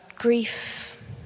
grief